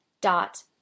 dot